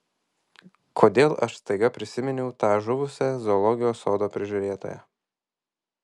kodėl aš staiga prisiminiau tą žuvusią zoologijos sodo prižiūrėtoją